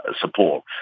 support